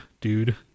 dude